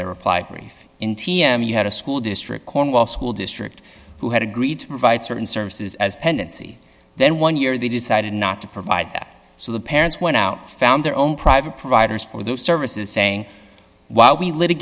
their reply brief in t m you had a school district cornwall school district who had agreed to provide certain services as pendency then one year they decided not to provide that so the parents went out found their own private providers for those services saying while we l